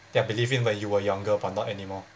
ya believe in when you were younger but not anymore